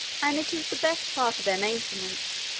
and it is the best part of their maintenance